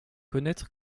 connaître